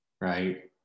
right